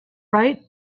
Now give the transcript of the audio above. right